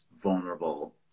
vulnerable